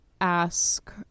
ask